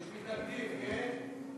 יש מתנגדים, כן?